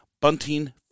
bunting